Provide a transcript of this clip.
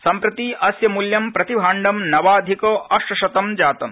सम्प्रति अस्य मूल्यं प्रति भाण्डंनवाधिक अष्टशतं जातम्